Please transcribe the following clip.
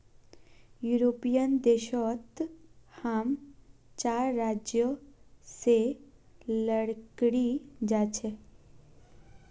European देश सोत हम चार राज्य से लकड़ी जा छे